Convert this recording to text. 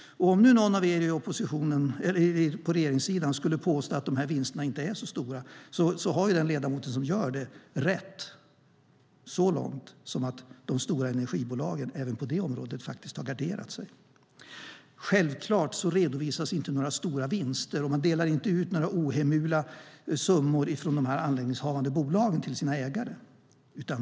Om nu någon av er på regeringssidan skulle påstå att vinsterna inte är så stora har den ledamot som gör det rätt så långt att de stora energibolagen även på det området faktiskt har garderat sig. Självklart redovisas inte några stora vinster, och man delar inte ut några ohemula summor från de anläggningshavande bolagen till sina ägare.